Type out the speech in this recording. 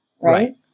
Right